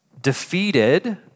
defeated